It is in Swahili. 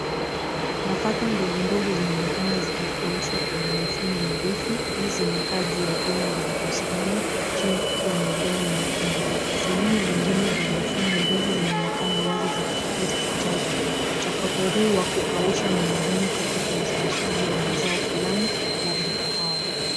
Nafaka ndogondogo zinaonekana zikikaushwa kwenye mifumo mirefu. Hizi zinakaa juu ya vyuma zilizosimama chini kukiwa na udongo mwekundu. Sehemu vyengine vya mifumo hizi zinaonekana wazi zikisubiri kujazwa. Mchakato huu wakukausha ni muhimu katika uzalishaji wa mazao fulani labda kahawa.